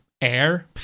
air